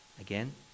again